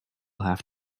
have